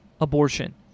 abortion